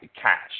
cash